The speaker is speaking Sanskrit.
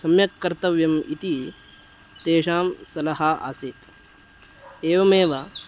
सम्यक् कर्तव्यम् इति तेषां सलहा आसीत् एवमेव